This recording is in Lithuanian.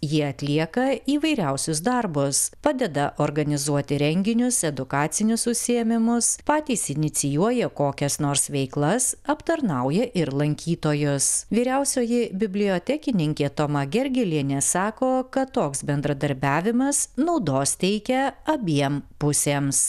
jie atlieka įvairiausius darbus padeda organizuoti renginius edukacinius užsiėmimus patys inicijuoja kokias nors veiklas aptarnauja ir lankytojos vyriausioji bibliotekininkė toma gergelienė sako kad toks bendradarbiavimas naudos teikia abiem pusėms